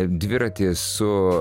dviratis su